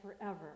forever